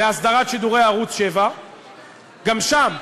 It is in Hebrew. להסדרת שידורי ערוץ 7. גם שם,